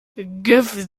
give